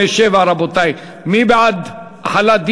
17 בעד, אין מתנגדים, אין נמנעים.